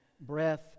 breath